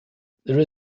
there